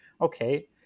okay